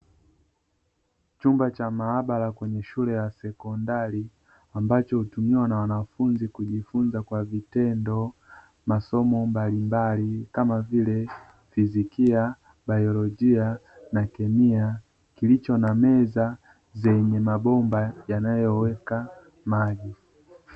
Chumba cha maabara kwenye shule ya sekondari ambacho hutumiwa na wanafunzi kujifunza kwa vitendo masomo mbalimbali kama vile: fizikia, biolojia na kemia kilicho na meza zenye mabomba yanayoweka maji.